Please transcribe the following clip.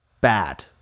bad